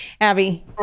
Abby